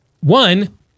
One